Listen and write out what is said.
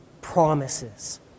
promises